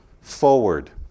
forward